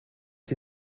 sie